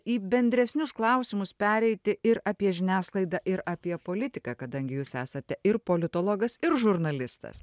į bendresnius klausimus pereiti ir apie žiniasklaidą ir apie politiką kadangi jūs esate ir politologas ir žurnalistas